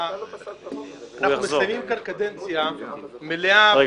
אנחנו מסיימים כאן קדנציה מלאה --- רגע,